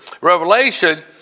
Revelation